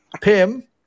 Pim